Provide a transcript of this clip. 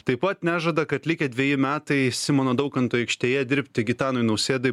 taip pat nežada kad likę dveji metai simono daukanto aikštėje dirbti gitanui nausėdai